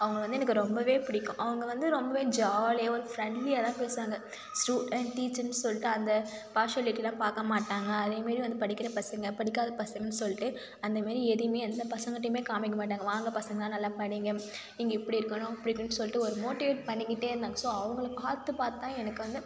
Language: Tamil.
அவங்களை வந்து எனக்கு ரொம்பவே பிடிக்கும் அவங்க வந்து ரொம்பவே ஜாலியாக ஒரு ஃப்ரெண்ட்லியாக தான் பேசுவாங்க ஸ்டூடண்ட் டீச்சர்னு சொல்லிட்டு அந்த பார்ஷியாலிட்டியெலாம் பார்க்க மாட்டாங்க அதே மாரி வந்து படிக்கிற பசங்கள் படிக்காத பசங்கள்னு சொல்லிட்டு அந்த மாரி எதையுமே எந்த பசங்கள்ட்டையுமே காமிக்க மாட்டாங்க வாங்க பசங்களா நல்லா படிங்க நீங்க இப்படி இருக்கணும் அப்படி இருக்கணும்னு சொல்லிட்டு ஒரு மோட்டிவேட் பண்ணிக்கிட்டே இருந்தாங்க ஸோ அவங்களை பார்த்து பார்த்து தான் எனக்கு வந்து